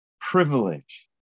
privilege